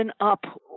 up